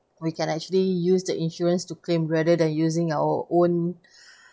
we can actually use the insurance to claim rather than using our own